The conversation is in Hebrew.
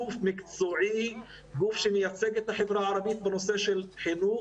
גוף מקצועי שמייצג את החברה הערבית בנושא של חינוך.